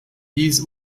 hieß